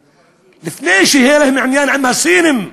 לפני שיהיה להם עניין עם הסינים.